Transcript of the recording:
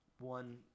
one